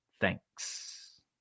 thanks